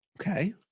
Okay